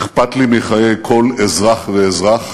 אכפת לי מחיי כל אזרח ואזרח